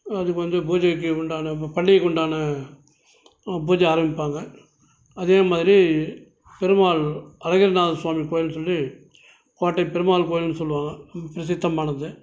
அதுக்கு வந்து பூஜையிக்கு உண்டான ப பண்டிகைக்கு உண்டான பூஜை ஆரமிப்பாங்க அதே மாதிரி பெருமாள் அழகர் நாதர் சுவாமி கோவில்னு சொல்லி கோட்டை பெருமாள் கோவில்னு சொல்லுவாங்க பிரசித்தமானது